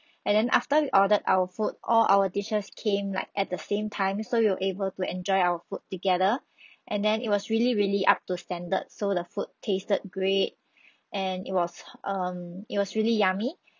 and then after we ordered our food all our dishes came like at the same time so we were able to enjoy our food together and then it was really really up to standard so the food tasted great and it was um it was really yummy